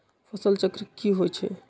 फसल चक्र की होइ छई?